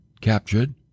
captured